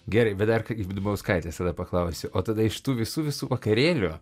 gerai bet dar kaip dubauskaitės tada paklausiu o tada iš tų visų visų vakarėlių